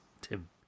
Tim